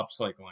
upcycling